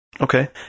Okay